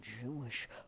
Jewish